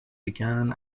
began